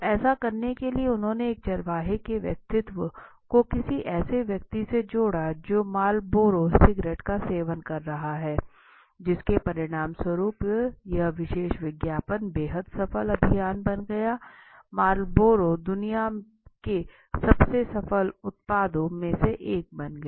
तो ऐसा करने के लिए उन्होंने एक चरवाहे के व्यक्तित्व को किसी ऐसे व्यक्ति से जोड़ा जो मार्लबोरो सिगरेट का सेवन कर रहा है जिसके परिणामस्वरूप यह विशेष विज्ञापन बेहद सफल अभियान बन गया मार्लबोरो दुनिया के सबसे सफल उत्पादों में से एक बन गया